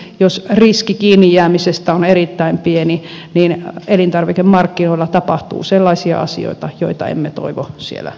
jos riski kiinni jäämisestä on erittäin pieni niin elintarvikemarkkinoilla tapahtuu sellaisia asioita joita emme toivo siellä tapahtuvan